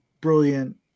brilliant